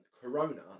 Corona